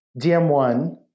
dm1